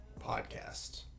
podcast